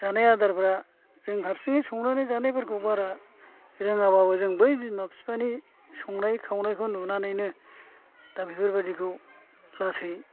जानाय आदारफ्रा जों हारसिङै संनानै जानायफोरखौ बारा रोङा बाबो जों बै बिमा बिफानि संनाय खावनायखौ नुनानैनो दा बेफोरबादिखौ लासै